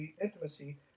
intimacy